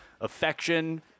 affection